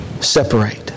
separate